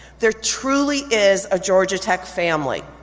there truly is a georgia tech family.